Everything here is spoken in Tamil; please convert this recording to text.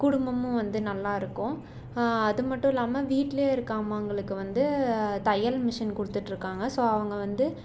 குடும்பமும் வந்து நல்லாயிருக்கும் அதுமட்டும் இல்லாமல் வீட்டிலே இருக்க அம்மாங்களுக்கு வந்து தையல் மிஷின் கொடுத்துட்ருக்காங்க ஸோ அவங்க வந்து